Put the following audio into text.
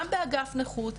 גם באגף נכות,